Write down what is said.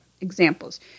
Examples